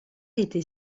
était